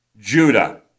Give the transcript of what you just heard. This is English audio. Judah